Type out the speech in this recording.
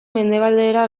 mendebaldera